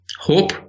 hope